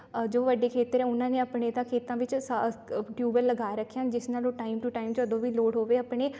ਆ ਜੋ ਵੱਡੇ ਖੇਤਰ ਉਹਨਾਂ ਨੇ ਆਪਣੇ ਤਾਂ ਖੇਤਾਂ ਵਿੱਚ ਸਾ ਟਿਊਬਲ ਲਗਾ ਰੱਖਿਆ ਜਿਸ ਨਾਲ ਉਹ ਟਾਈਮ ਟੂ ਟਾਈਮ ਜਦੋਂ ਵੀ ਲੋੜ ਹੋਵੇ ਆਪਣੇ